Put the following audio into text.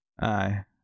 Aye